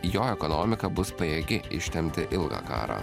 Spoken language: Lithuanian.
jo ekonomika bus pajėgi ištempti ilgą karą